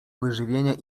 wyżywienia